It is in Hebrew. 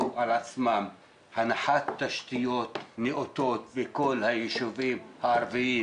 על עצמם הנחת תשתיות נאותות בכל היישובים הערביים,